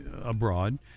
abroad